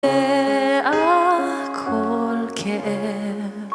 יודע כל כאב.